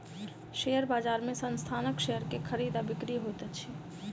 share बजार में संस्थानक शेयर के खरीद आ बिक्री होइत अछि